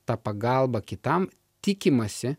ta pagalba kitam tikimasi